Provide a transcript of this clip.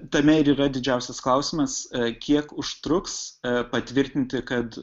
tame ir yra didžiausias klausimas kiek užtruks patvirtinti kad